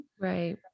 Right